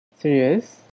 Serious